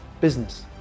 Business